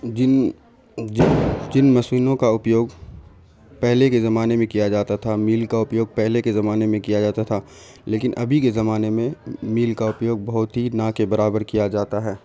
جن جن جن مشینوں کا اپیوگ پہلے کے زمانے میں کیا جاتا تھا میل کا اپیوگ پہلے کے زمانے میں کیا جاتا تھا لیکن ابھی کے زمانے میں میل کا اپیوگ بہت ہی نا کے برابر کیا جاتا ہے